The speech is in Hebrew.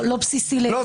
זה